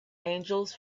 angels